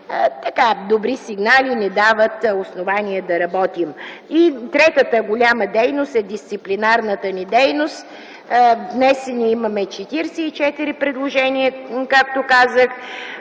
добри сигнали ни дават основание да работим. Друга голяма дейност е дисциплинарната дейност. Имаме внесени 44 предложения, както казах.